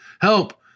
help